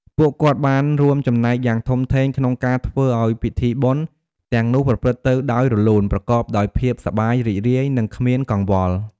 ពួកគាត់បានរួមចំណែកយ៉ាងធំធេងក្នុងការធ្វើឱ្យពិធីបុណ្យទាំងនោះប្រព្រឹត្តទៅដោយរលូន ប្រកបដោយភាពសប្បាយរីករាយ និងគ្មានកង្វល់។